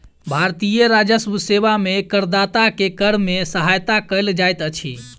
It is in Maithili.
भारतीय राजस्व सेवा में करदाता के कर में सहायता कयल जाइत अछि